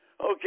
Okay